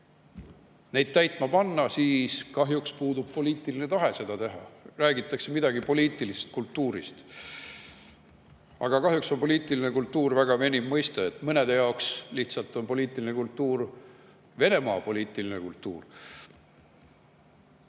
neid täitma panna, siis kahjuks puudub poliitiline tahe seda teha. Räägitakse midagi poliitilisest kultuurist. Kahjuks on poliitiline kultuur väga veniv mõiste, mõnede jaoks lihtsalt on poliitiline kultuur Venemaa poliitiline kultuur.